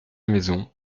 maison